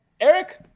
Eric